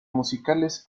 musicales